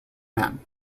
men